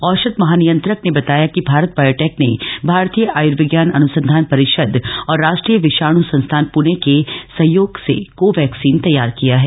औषध महानियंत्रक ने बताया कि भारत बायोटेक ने भारतीय आयुर्विज्ञान अनुसंधान परिषद और राष्ट्रीय विषाणु संस्थान पुणे के सहयोग से को वैक्सीन तैयार किया है